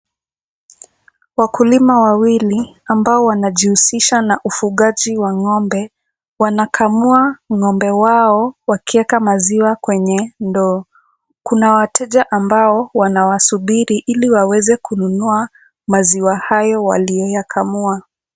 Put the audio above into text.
Wakulima wawili ambao wanajihusisha na ufugaji wa ng'ombe wanakamua ng'ombe wao wakieka maziwa kwenye ndoo, kuna wateja ambao wanawasubiri ili waweze kununua maziwa hayo waliyoyakamua.